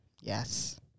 Yes